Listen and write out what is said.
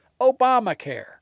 Obamacare